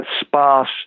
sparse